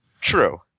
True